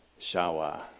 Shawa